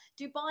Dubai